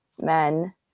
men